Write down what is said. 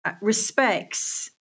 respects